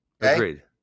Agreed